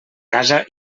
casa